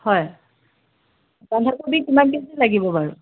হয় বন্ধাকবি কিমান কেজি লাগিব বাৰু